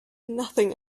nothing